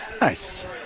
nice